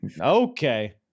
Okay